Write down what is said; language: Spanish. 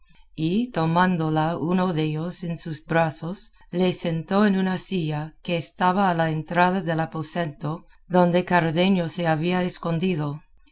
y tomándola uno dellos en sus brazos la sentó en una silla que estaba a la entrada del aposento donde cardenio se había escondido